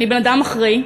אני בן-אדם אחראי.